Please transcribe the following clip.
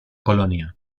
colonia